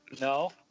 No